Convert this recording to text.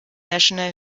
national